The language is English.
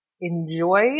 enjoy